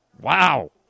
Wow